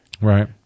right